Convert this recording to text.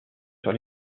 sur